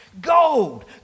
Gold